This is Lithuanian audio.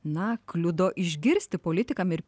na kliudo išgirsti politikam ir